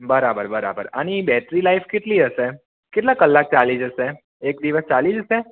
બરાબર બરાબર આની બેટરી લાઈફ કેટલી હશે કેટલા કલાક ચાલી જશે એક દિવસ ચાલી જશે